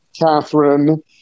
Catherine